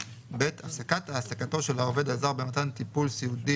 (ב) הפסקת העסקתו של העובד הזר במתן טיפול סיעודי